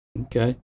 Okay